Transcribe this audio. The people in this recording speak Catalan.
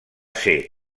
ser